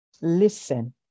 Listen